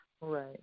Right